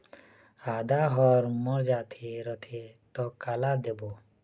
आदा हर मर जाथे रथे त काला देबो?